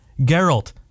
Geralt